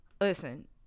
listen